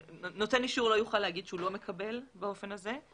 נותן אישור לא יוכל להגיד שהוא לא מקבל באופן הזה.